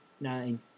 nine